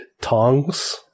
tongs